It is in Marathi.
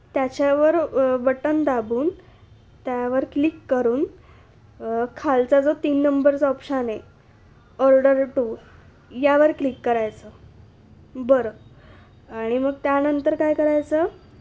त्याच्यावर बटन दाबून त्यावर क्लिक करून खालचा जो तीन नंबरचा ऑप्शन आहे ऑर्डर टू यावर क्लिक करायचं बरं आणि मग त्यानंतर काय करायचं